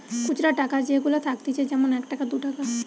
খুচরা টাকা যেগুলা থাকতিছে যেমন এক টাকা, দু টাকা